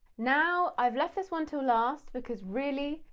now, i've left this one till last because really,